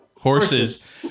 Horses